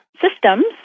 systems